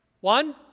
One